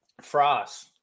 Frost